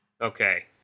Okay